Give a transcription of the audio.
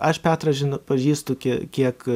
aš petrą žino pažįstu kie kiek